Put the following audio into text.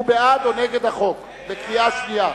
הוא בעד או נגד החוק, וזאת בקריאה שנייה?